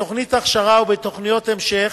בתוכנית הכשרה ובתוכניות המשך,